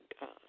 God